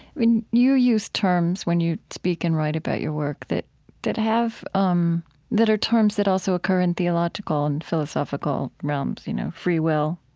you use terms when you speak and write about your work that that have um that are terms that also occur in theological and philosophical realms. you know, free will,